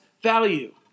Value